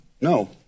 No